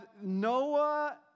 Noah